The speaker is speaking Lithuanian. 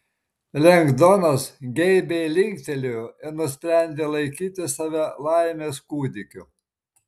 lengdonas geibiai linktelėjo ir nusprendė laikyti save laimės kūdikiu